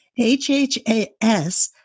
HHAS